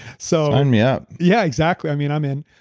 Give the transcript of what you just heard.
so and me up. yeah, exactly. i mean, i'm in.